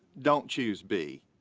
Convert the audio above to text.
don't choose b.